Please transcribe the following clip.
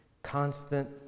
Constant